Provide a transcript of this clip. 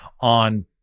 on